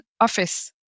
office